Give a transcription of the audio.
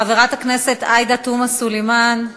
חברת הכנסת עאידה תומא סלימאן.